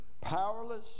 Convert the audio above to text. powerless